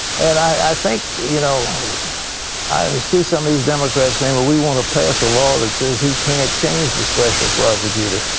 and i think, you know i see some of these democrats saying but we want to pass a law thats says he can't change the special prosecutor.